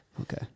Okay